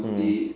mm